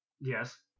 yes